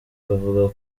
bavuga